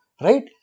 Right